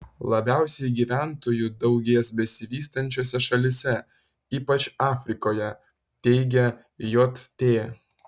labiausiai gyventojų daugės besivystančiose šalyse ypač afrikoje teigia jt